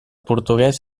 portuguès